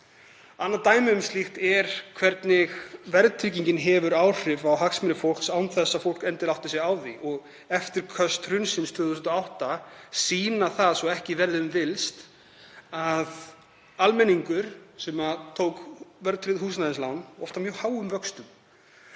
Annað dæmi um slíkt er hvernig verðtryggingin hefur áhrif á hagsmuni fólks án þess að fólk átti sig á því. Eftirköst hrunsins 2008 sýna svo ekki verður um villst að almenningur sem tók verðtryggð húsnæðislán, oft með mjög háum vöxtum